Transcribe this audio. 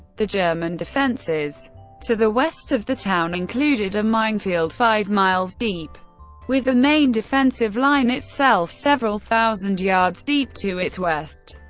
the german defences to the west of the town included a minefield five miles deep with the main defensive line itself several thousand yards deep to its west.